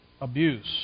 abuse